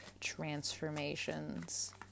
transformations